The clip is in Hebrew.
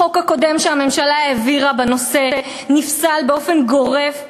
החוק הקודם שהממשלה העבירה בנושא נפסל באופן גורף,